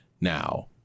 Now